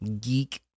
Geek